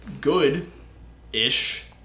good-ish